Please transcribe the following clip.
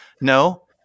no